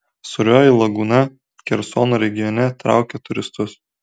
sūrioji lagūna kersono regione traukia turistus